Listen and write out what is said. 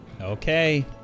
Okay